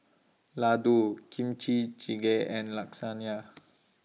Ladoo Kimchi Jjigae and